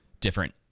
different